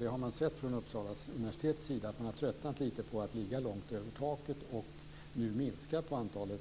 Det har man sett på Uppsala universitet. Man har tröttnat lite på att ligga långt över taket och har nu minskat antalet